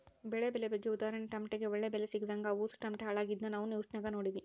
ಬೆಳೆ ಬೆಲೆ ಬಗ್ಗೆ ಉದಾಹರಣೆಗೆ ಟಮಟೆಗೆ ಒಳ್ಳೆ ಬೆಲೆ ಸಿಗದಂಗ ಅವುಸು ಟಮಟೆ ಹಾಳಾಗಿದ್ನ ನಾವು ನ್ಯೂಸ್ನಾಗ ನೋಡಿವಿ